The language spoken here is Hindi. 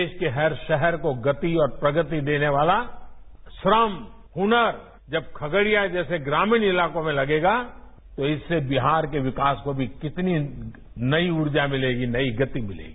देश के हर शहर को गति और प्रगति देने वाला श्रम हनर जब खगड़िया जैसे ग्रामीण इलाकों में लगेगा तो इससे बिहार के विकास को कितनी नई ऊर्जा मिलेगी नई गति मिलेगी